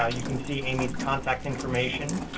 ah you can see amy's contact information.